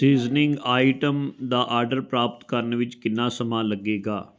seasoning item ਦਾ order ਪ੍ਰਾਪਤ ਕਰਨ ਵਿੱਚ ਕਿੰਨਾ ਸਮਾਂ ਲੱਗੇਗਾ